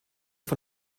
von